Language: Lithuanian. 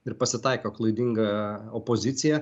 ir pasitaiko klaidinga opozicija